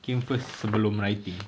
came first sebelum writing